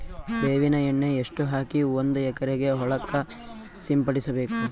ಬೇವಿನ ಎಣ್ಣೆ ಎಷ್ಟು ಹಾಕಿ ಒಂದ ಎಕರೆಗೆ ಹೊಳಕ್ಕ ಸಿಂಪಡಸಬೇಕು?